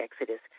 exodus